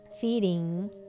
feeding